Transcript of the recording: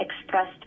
expressed